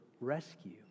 rescue